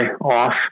off